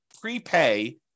prepay